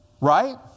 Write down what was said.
Right